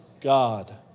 God